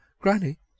Granny